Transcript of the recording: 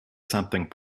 something